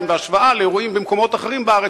בהשוואה לאירועים במקומות אחרים בארץ,